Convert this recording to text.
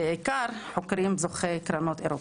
בעיקר חוקרים זוכי קרנות אירופאיות.